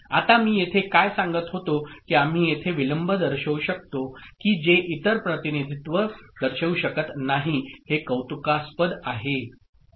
आता मी येथे काय सांगत होतो की आम्ही येथे विलंब दर्शवू शकतो की जे इतर प्रतिनिधित्व दर्शवू शकत नाही हे कौतुकास्पद आहे